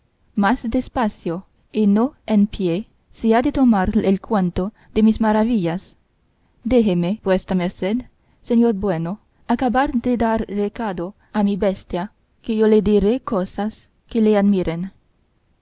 más despacio y no en pie se ha de tomar el cuento de mis maravillas déjeme vuestra merced señor bueno acabar de dar recado a mi bestia que yo le diré cosas que le admiren